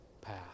path